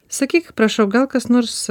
sakyk prašau gal kas nors